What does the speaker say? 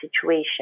situation